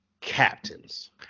captains